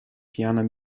piano